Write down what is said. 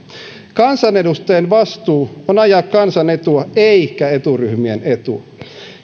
kansanedustajien vastuu on ajaa kansan etua eikä eturyhmien etuja